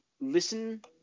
listen